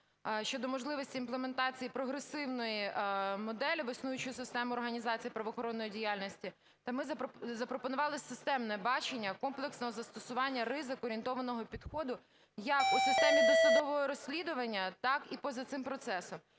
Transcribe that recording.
щодо можливості імплементації прогресивної моделі в існуючу систему організації правоохоронної діяльності. То ми запропонували системне бачення комплексного застосування ризику, орієнтованого підходу як у системі досудового розслідування, так і поза цим процесом,